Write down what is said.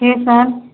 तेसर